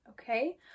Okay